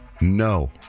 No